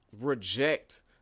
reject